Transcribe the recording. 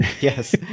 Yes